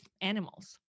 animals